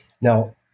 Now